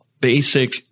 basic